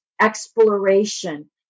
exploration